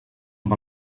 amb